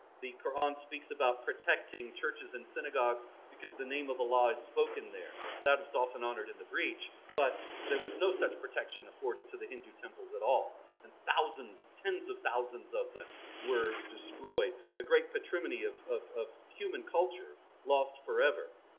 the quran speaks about protecting churches and synagogues because the name of allah is spoken there that was often honored in the breach but there was no such protection afforded to the hindu temples at all and thousands, tens of thousands of them were destroyed, a great patrimony of of human culture lost forever.